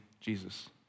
Jesus